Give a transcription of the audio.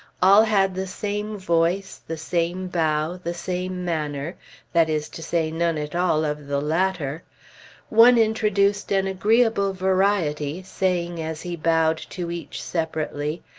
all had the same voice, the same bow, the same manner that is to say none at all of the latter one introduced an agreeable variety, saying as he bowed to each separately,